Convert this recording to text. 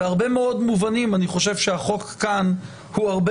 בהרבה מאוד מובנים אני חושב שהחוק כאן הוא הרבה